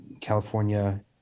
California